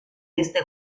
este